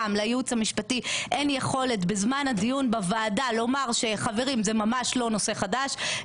לייעוץ המשפטי אין יכולת בזמן הדיון בוועדה לומר שזה ממש לא נושא חדש.